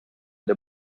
the